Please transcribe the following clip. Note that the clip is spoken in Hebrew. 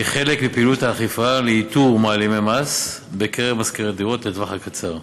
כחלק מפעילות האכיפה לאיתור מעלימי מס בקרב משכירי דירות לטווח קצר.